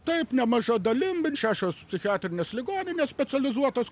taip nemaža dalim bent šešios psichiatrinės ligoninės specializuotos